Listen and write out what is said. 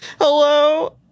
Hello